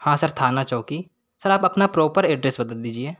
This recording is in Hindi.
हाँ सर थाना चौकी सर आप अपना प्रॉपर एड्रेस बता दीजिए